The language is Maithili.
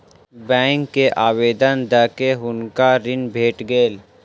बैंक के आवेदन दअ के हुनका ऋण भेट गेल